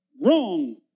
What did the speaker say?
Wrong